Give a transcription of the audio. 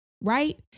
right